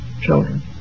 children